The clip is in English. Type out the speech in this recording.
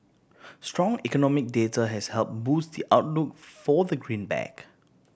strong economic data has help boost the outlook for the greenback